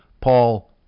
Paul